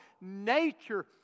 nature